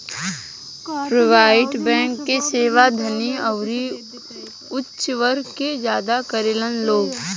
private bank के सेवा धनी अउरी ऊच वर्ग के ज्यादा लेवेलन लोग